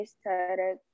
started